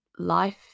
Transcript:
Life